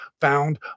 found